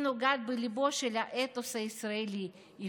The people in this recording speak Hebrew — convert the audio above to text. היא נוגעת בליבו של האתוס הישראלי-יהודי,